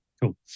Cool